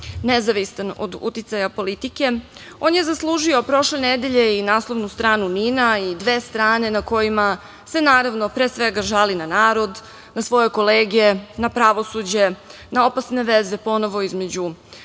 nezavistan od uticaja politike, on je zaslužio prošle nedelje i naslovnu stranu NIN-a i dve strane u kojima se naravno, pre svega žali na narod, na svoje kolege, na pravosuđe, na opasne veze ponovo između